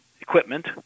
equipment